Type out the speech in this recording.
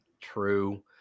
true